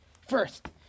First